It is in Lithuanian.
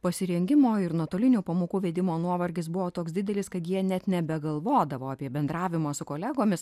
pasirengimo ir nuotolinių pamokų vedimo nuovargis buvo toks didelis kad jie net nebegalvodavo apie bendravimą su kolegomis